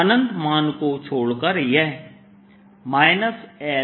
अनंत मान को छोड़कर यह l0I2πlns निकलता है